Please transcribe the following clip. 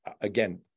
again